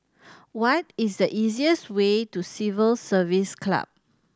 what is the easiest way to Civil Service Club